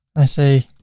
i say,